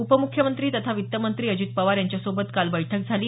उपमुख्यमंत्री तथा वित्त मंत्री अजित पवार यांच्यासोबत काल बैठक झाली